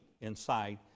inside